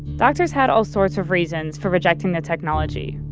doctors had all sorts of reasons for rejecting the technology.